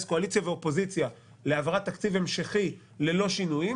קואליציה ואופוזיציה להעברת תקציב המשכי ללא שינויים,